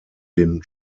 den